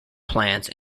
plans